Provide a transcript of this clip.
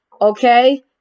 okay